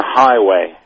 highway